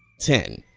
ten.